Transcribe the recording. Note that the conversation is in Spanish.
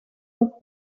los